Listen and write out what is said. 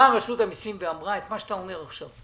באה רשות המסים ואמרה את מה שאתה אומר עכשיו.